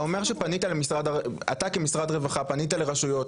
אתה אומר שאתה, כמשרד רווחה, פנית לרשויות.